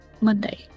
Monday